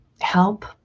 help